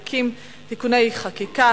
לפיכך,